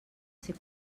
ser